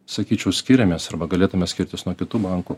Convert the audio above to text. sakyčiau skiriamės arba galėtume skirtis nuo kitų bankų